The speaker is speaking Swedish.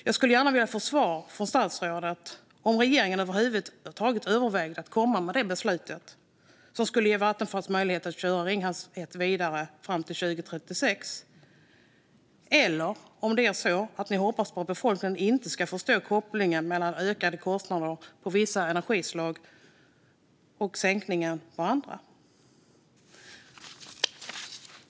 Jag skulle gärna vilja få svar från statsrådet på om regeringen över huvud taget övervägde att komma med ett beslut som skulle ha gett Vattenfall möjlighet att köra Ringhals 1 vidare fram till 2036 eller om ni hoppas på att befolkningen inte ska förstå kopplingen mellan ökade kostnader på vissa energislag och sänkningar på andra?